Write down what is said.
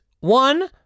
One